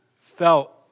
felt